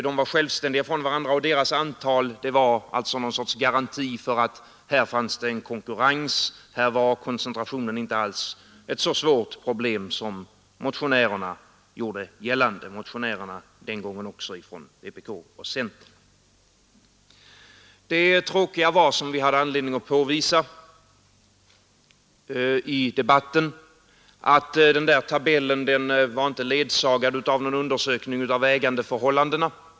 De var självständiga gentemot varandra, och deras antal var någon sorts garanti för att det fanns konkurrens, för att koncentrationen inte alls var ett så stort problem som motionärerna — också den gången från vpk och centern — gjorde gällande. Det tråkiga var, som vi hade anledning att påvisa i debatten, att den där tabellen inte var ledsagad av någon undersökning av ägandeförhållandena.